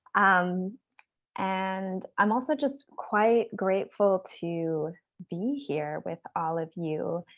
um and i'm also just quite grateful to be here with all of you.